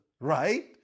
right